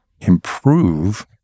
improve